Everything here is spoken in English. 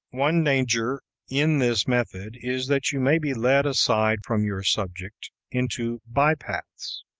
one danger in this method is that you may be led aside from your subject into by-paths.